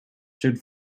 should